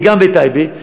וגם בטייבה,